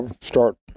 start